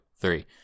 three